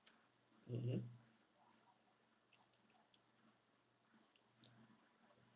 mmhmm